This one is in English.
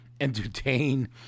entertain